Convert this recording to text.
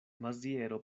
maziero